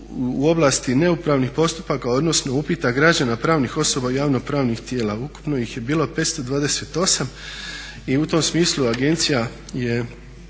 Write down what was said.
u oblasti neupravnih postupaka odnosno upita građana pravnih osoba javno pravnih tijela, ukupno ih je bilo 528 i u tom smislu agencija je